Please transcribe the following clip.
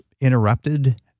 interrupted